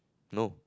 no